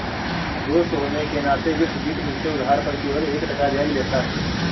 दोस्त होने के नाते विश्वजीत मुझसे उधार पर केवल एक टका ब्याज लेता है